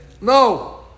no